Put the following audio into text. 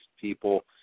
people